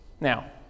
Now